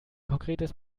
konkretes